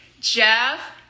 Jeff